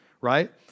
right